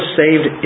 saved